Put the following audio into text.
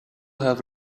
have